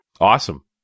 Awesome